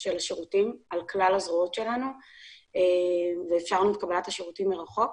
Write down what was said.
של השירותים על כלל הזרועות שלנו ואפשרנו את קבלת השירותים מרחוק.